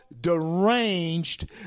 deranged